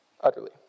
utterly